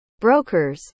Brokers